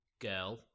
girl